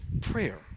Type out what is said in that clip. prayer